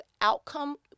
outcome